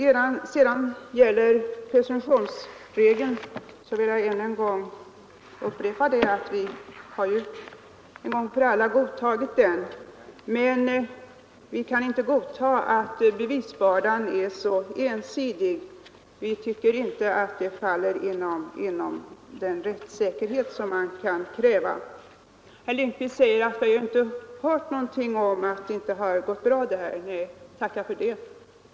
Vad sedan gäller presumtionsregeln vill jag ännu en gång upprepa att vi har en gång för alla godtagit den. Men vi kan inte godta att bevisbördan är så ensidig. Vi tycker inte att det faller inom den rättssäkerhet som man kan kräva. Herr Lindkvist säger att vi inte har hört något om att det inte gått bra med tillämpningen av regeln. Tacka för det.